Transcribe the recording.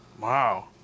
Wow